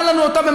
אני,